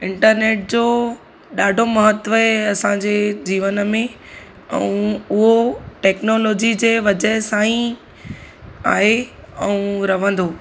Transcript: internet जो ॾाढो महत्त्व आहे असांजे जीवन में ऐं उहो टेक्नोलॉजी जे वजह सां ई आहे ऐं रहंदो